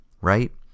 right